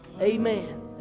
Amen